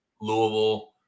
Louisville